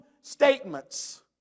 statements